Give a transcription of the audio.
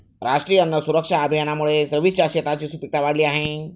राष्ट्रीय अन्न सुरक्षा अभियानामुळे रवीशच्या शेताची सुपीकता वाढली आहे